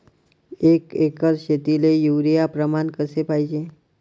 एक एकर शेतीले युरिया प्रमान कसे पाहिजे?